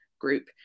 group